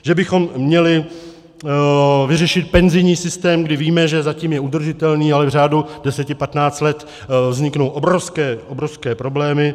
Že bychom měli vyřešit penzijní systém, kdy víme, že zatím je udržitelný, ale v řádu deseti patnácti let vzniknou obrovské problémy.